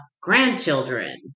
grandchildren